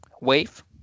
wave